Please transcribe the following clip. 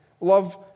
love